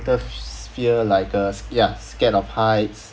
greatest fear like uh ya scared of heights